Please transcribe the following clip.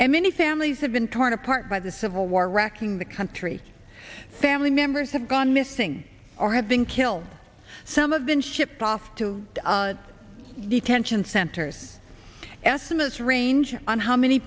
and many families have been torn apart by the civil war wrecking the country family members have gone missing or have been killed some of been shipped off to detention centers estimates range on how many